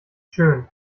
schön